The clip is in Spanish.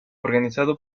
organizado